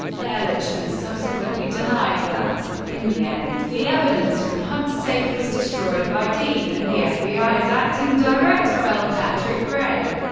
ehrlichman subsequently denied that. in the end, the evidence from hunt's safe was destroyed by dean and the fbi's acting director, l. patrick gray.